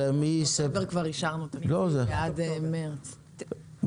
שבעה חודשים.